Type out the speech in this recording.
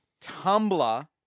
Tumblr